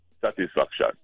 satisfaction